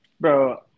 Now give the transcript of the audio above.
Bro